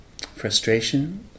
frustration